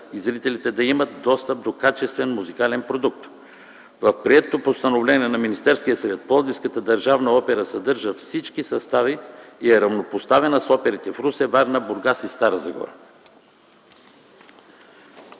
– зрителите да имат достъп до качествен музикален продукт. В приетото постановление на Министерския съвет Пловдивската държавна опера съдържа всички състави и е равнопоставена с оперите в Русе, Варна, Бургас и Стара Загора.